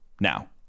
Now